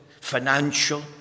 financial